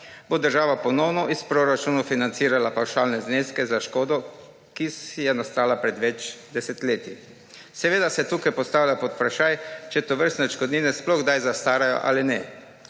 bo država ponovno iz proračuna financirala pavšalne zneske za škodo, ki je nastala pred več desetletij. Seveda se tukaj postavlja pod vprašaj, če tovrstne odškodnine sploh kdaj zastarajo ali ne.